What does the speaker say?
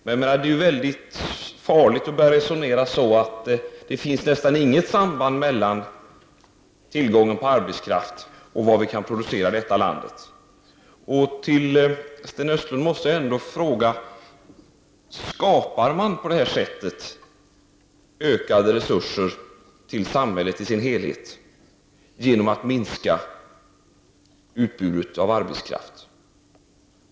Men det är väldigt farligt att börja resonera som så att det nästan inte finns något samband mellan tillgången på arbetskraft och vad vi kan producera i det här landet.